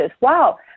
Wow